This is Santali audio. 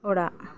ᱚᱲᱟᱜ